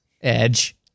edge